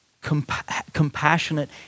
compassionate